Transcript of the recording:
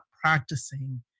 practicing